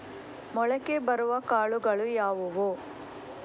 ಮೊಳಕೆ ಬರುವ ಕಾಳುಗಳು ಯಾವುವು?